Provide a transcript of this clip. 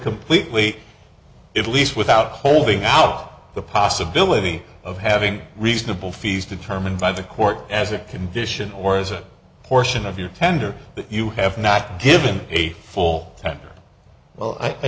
completely at least without holding out the possibility of having reasonable fees determined by the court as a condition or as a portion of your tender that you have not given a full well i